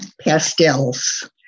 pastels